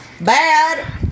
bad